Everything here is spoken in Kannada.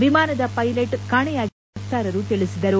ವಿಮಾನದ ಪೈಲೆಟ್ ಕಾಣೆಯಾಗಿದ್ದಾರೆ ಎಂದು ವಕ್ತಾರರು ತಿಳಿಸಿದರು